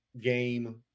game